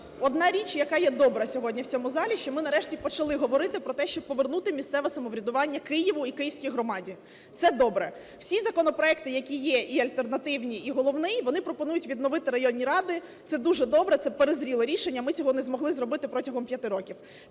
одна річ, яка є добра сьогодні в цьому залі: що ми нарешті почали говорити про те, щоб повернути місцеве самоврядування Києву і київській громаді. Це добре. Всі законопроекти, які є, і альтернативні, і головний, вони пропонують відновити районні ради. Це дуже добре, це перезріле рішення, ми цього не змогли зробити протягом 5 років.